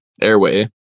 airway